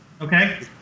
Okay